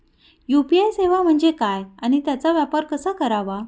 UPI सेवा म्हणजे काय आणि त्याचा वापर कसा करायचा?